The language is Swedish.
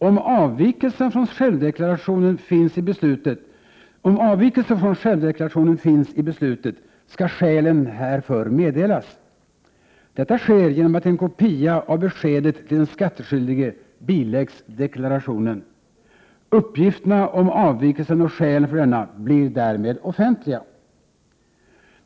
Om avvikelse från självdeklarationen finns i beslutet, skall skälen härför meddelas. Detta sker genom att en kopia av beskedet till den skattskyldige biläggs deklarationen. Uppgifterna om avvikelsen och skälen för denna blir därmed offentliga.